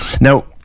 Now